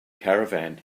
caravan